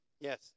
Yes